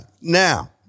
Now